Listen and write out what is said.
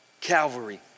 Calvary